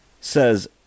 Says